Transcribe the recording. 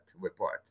report